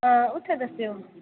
आं उत्थें दस्सेओ